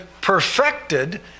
perfected